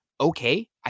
okay